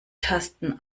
tasten